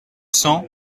cents